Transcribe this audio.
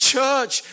Church